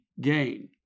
gain